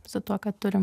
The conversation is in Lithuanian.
su tuo ką turim